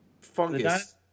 fungus